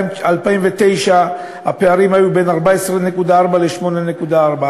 ב-2009 הפערים היו בין 14.4% ל-8.4%,